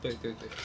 对对对